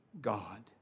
God